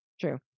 true